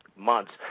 months